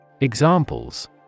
Examples